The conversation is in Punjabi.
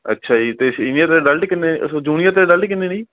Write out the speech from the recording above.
ਅੱਛਾ ਜੀ ਅਤੇ ਸੀਨੀਅਰ ਅਡਲਟ ਕਿੰਨੇ ਅੱਛਾ ਜੂਨੀਅਰ ਅਤੇ ਅਡਲਟ ਕਿੰਨੇ ਨੇ ਜੀ